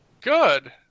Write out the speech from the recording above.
Good